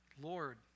Lord